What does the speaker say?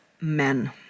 men